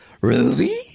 Ruby